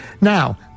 Now